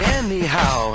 anyhow